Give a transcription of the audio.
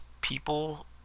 people